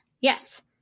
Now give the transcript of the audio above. Yes